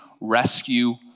rescue